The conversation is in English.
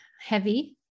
heavy